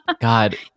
God